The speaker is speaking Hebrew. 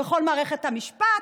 בכל מערכת המשפט,